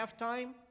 halftime